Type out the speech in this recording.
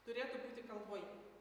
turėtų būti kalboje